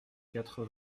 quatre